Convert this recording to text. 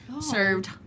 served